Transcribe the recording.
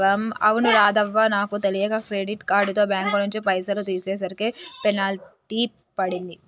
అవును రాధవ్వ నాకు తెలియక క్రెడిట్ కార్డుతో బ్యాంకు నుంచి పైసలు తీసేసరికి పెనాల్టీ పడింది